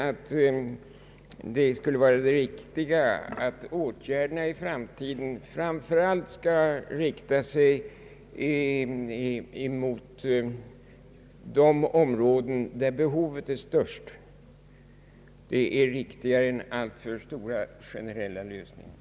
Vi tycker att det riktiga är att åtgärderna i framtiden framför allt skall inriktas på de områden där behoven är störst. Detta är viktigare än stora generella lösningar.